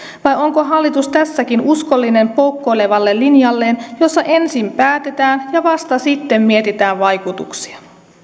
vai onko hallitus tässäkin uskollinen poukkoilevalle linjalleen jossa ensin päätetään ja vasta sitten mietitään vaikutuksia